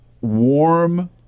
warm